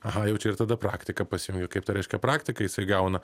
aha tai jau čia ir tada praktika pasijungia kaip ta reiškia praktiką jisai gauna